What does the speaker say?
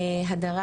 הדרה,